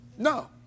No